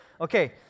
Okay